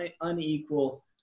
unequal